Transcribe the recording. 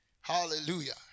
Hallelujah